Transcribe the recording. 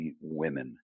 women